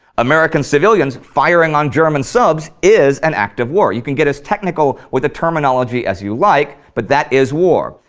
american civilians firing on german subs is an act of war. you can get as technical with the terminology as you liked like but that is war.